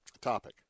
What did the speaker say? topic